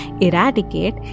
eradicate